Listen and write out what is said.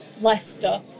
Leicester